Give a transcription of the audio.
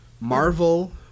marvel